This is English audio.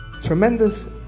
tremendous